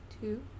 two